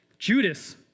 Judas